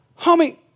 homie